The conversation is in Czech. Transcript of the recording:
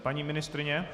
Paní ministryně?